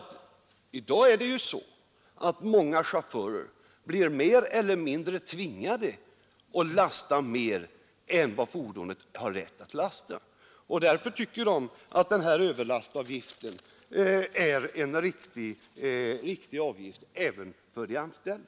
I dag blir många chaufförer mer eller mindre tvingade att lasta utöver vad fordonet har rätt att lasta. Därför tycker även de anställda att det är riktigt att ta ut en överlastavgift och därmed eliminera eventuella påtryckningar på fordonsföraren från åkeriägarnas sida.